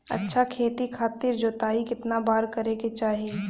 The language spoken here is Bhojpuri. अच्छा खेती खातिर जोताई कितना बार करे के चाही?